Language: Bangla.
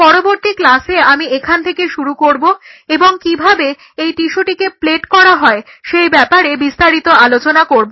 পরবর্তী ক্লাসে আমি এখান থেকে শুরু করব এবং কিভাবে এই টিস্যুকে প্লেট করা হয় সেই ব্যাপারে বিস্তারিত আলোচনা করব